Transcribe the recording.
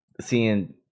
Seeing